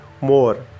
more